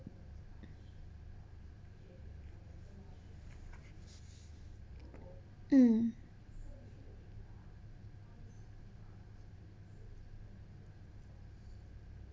mm